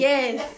Yes